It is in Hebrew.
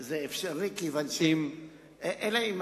אני לא חושב שזה אפשרי.